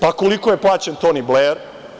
Pa, koliko je plaćen Toni Bler?